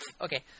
Okay